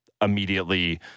immediately